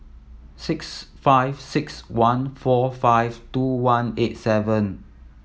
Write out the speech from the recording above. six five six one four five two one eight seven